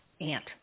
aunt